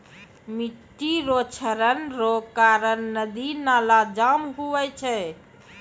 मिट्टी रो क्षरण रो कारण नदी नाला जाम हुवै छै